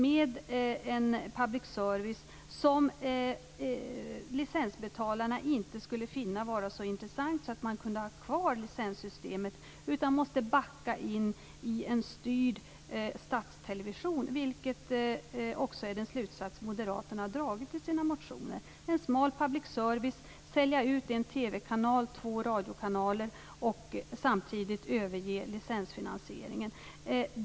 Det är en public service som licensbetalarna inte skulle finna vara så intressant att man kunde ha kvar licenssystemet, utan man måste backa in i en styrd statstelevsion, vilket också är den slutsats Moderaterna har dragit i sina motioner. Det handlar om en smal public service, om att sälja ut en TV-kanal och två radiokanaler och samtidigt överge licensfinansieringen.